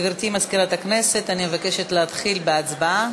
גברתי מזכירת הכנסת, אני מבקשת להתחיל בהצבעה.